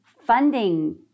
funding